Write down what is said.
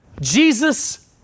Jesus